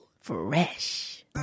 Fresh